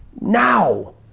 now